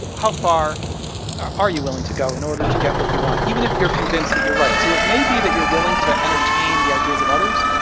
how far are you willing to go in order to get what you want, even if you're convinced that you're right? so it may be that you're willing to entertain the ideas of others,